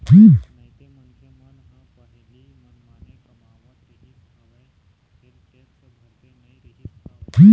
नइते मनखे मन ह पहिली मनमाने कमावत रिहिस हवय फेर टेक्स भरते नइ रिहिस हवय